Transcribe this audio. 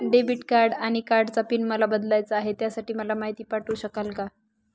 Debit आणि credit कार्डचा PIN मला बदलायचा आहे, त्यासाठी मला माहिती पाठवू शकाल का?